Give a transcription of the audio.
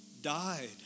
died